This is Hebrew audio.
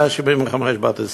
175 בתי-ספר.